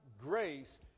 grace